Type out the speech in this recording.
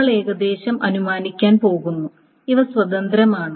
നമ്മൾ ഏകദേശം അനുമാനിക്കാൻ പോകുന്നു ഇവ സ്വതന്ത്രമാണ്